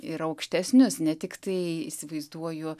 ir aukštesnius ne tiktai įsivaizduoju